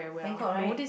Bangkok right